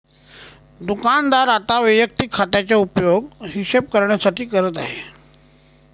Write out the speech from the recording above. दुकानदार आता वैयक्तिक खात्याचा उपयोग हिशोब करण्यासाठी करत आहे